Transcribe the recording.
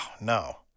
no